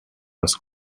was